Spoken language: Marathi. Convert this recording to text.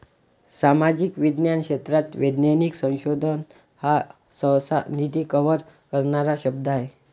सामाजिक विज्ञान क्षेत्रात वैज्ञानिक संशोधन हा सहसा, निधी कव्हर करणारा शब्द आहे